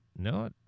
No